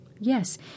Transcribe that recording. Yes